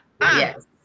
Yes